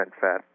fat